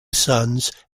sons